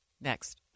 Next